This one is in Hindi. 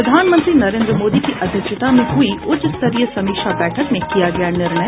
प्रधानमंत्री नरेन्द्र मोदी की अध्यक्षता में हुई उच्चस्तरीय समीक्षा बैठक में किया गया निर्णय